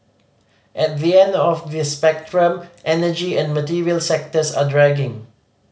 at the end of the spectrum energy and material sectors are dragging